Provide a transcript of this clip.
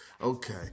okay